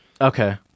Okay